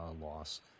loss